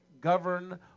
govern